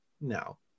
No